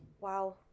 Wow